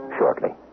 shortly